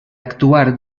actuar